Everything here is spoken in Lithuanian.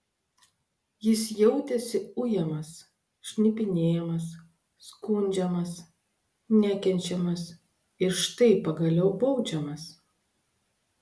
jis jautėsi ujamas šnipinėjamas skundžiamas nekenčiamas ir štai pagaliau baudžiamas